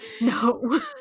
no